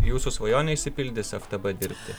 jūsų svajonė išsipildys ftb dirbti